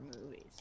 movies